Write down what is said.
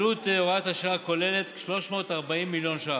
עלות הוראת השעה הכוללת, 340 מיליון ש"ח.